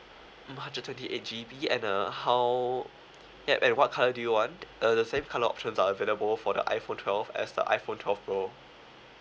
mm hundred twenty eight G_B and uh how yup and what colour do you want uh the same colour options are available for the iphone twelve as the iphone twelve pro